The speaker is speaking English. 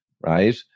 right